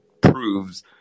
proves